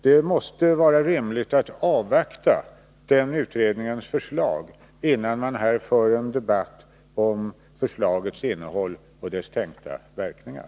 Det måste vara rimligt att avvakta utredningens förslag, innan man för en debatt om förslagets innehåll och dess tänkta verkningar.